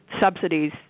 subsidies